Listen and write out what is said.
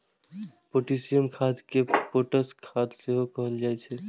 potassium खाद कें potash खाद सेहो कहल जाइ छै